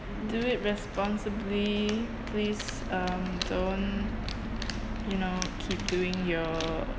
do it responsibly please um don't you know keep doing your